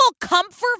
comfort